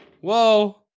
Whoa